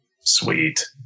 Sweet